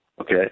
Okay